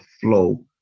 flow